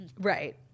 Right